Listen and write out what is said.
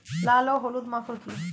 লাল ও হলুদ মাকর কী?